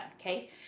Okay